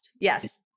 Yes